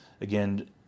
again